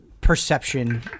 perception